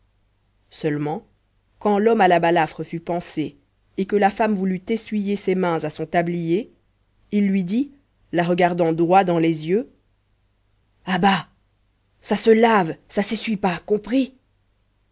seulement quand l'homme à la balafre fut pansé et que la femme voulut essuyer ses mains à son tablier il lui dit la regardant droit dans les yeux à bas ça se lave ça s'essuie pas compris